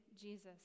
Jesus